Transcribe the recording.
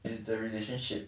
is the relationship